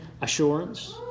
Assurance